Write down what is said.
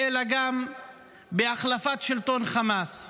אלא גם בהחלפת שלטון חמאס.